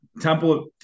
Temple